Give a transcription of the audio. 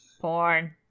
porn